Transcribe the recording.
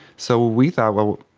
so we thought, well,